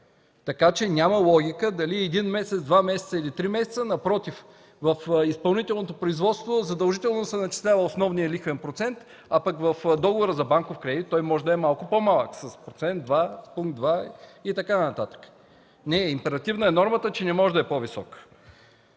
Така че няма логика дали е един месец, два месеца или три месеца. Напротив, в изпълнителното производство задължително се начислява основният лихвен процент, а в договора за банков кредит той може да е малко по-малък – с 1-2%, с 1-2 пункта и така нататък. Императивна е нормата, че не може да е по-висок.